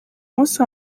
munsi